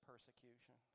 Persecution